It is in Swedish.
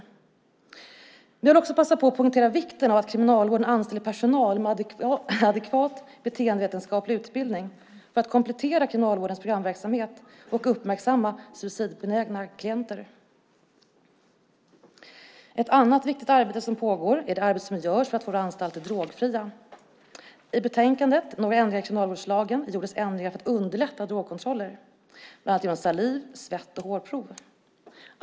Men jag vill också passa på att poängtera vikten av att Kriminalvården anställer personal med adekvat beteendevetenskaplig utbildning, för att komplettera Kriminalvårdens programverksamhet och uppmärksamma suicidbenägna klienter. Ett annat viktigt arbete som pågår är det arbete som görs för att få våra anstalter drogfria. I yttrandet Några ändringar i kriminalvårdslagstiftningen gjordes ändringar för att underlätta drogkontroller, bland annat genom saliv-, svett och hårprov.